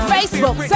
Facebook